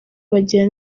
bagira